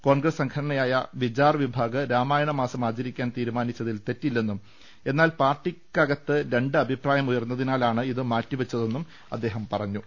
കോൺഗ്രസ് സംഘടനയായ വിചാർ വിഭാഗ് രാമായണ മാസം ആചരിക്കാൻ തീരുമാനിച്ചതിൽ തെറ്റില്ലെന്നും എന്നാൽ പാർട്ടിയ്ക്കകത്ത് രണ്ട് അഭിപ്രായം ഉയർന്നതിനാലാണ് ഇത് മാറ്റിവെച്ചതെന്നും അദ്ദേഹം പറഞ്ഞു